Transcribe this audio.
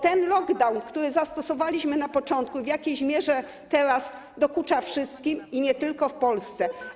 Ten lockdown, który zastosowaliśmy na początku, w jakiejś mierze teraz dokucza wszystkim, i nie tylko w Polsce.